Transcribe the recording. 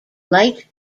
light